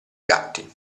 gatti